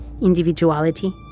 individuality